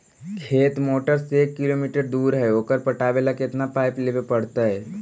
खेत मोटर से एक किलोमीटर दूर है ओकर पटाबे ल केतना पाइप लेबे पड़तै?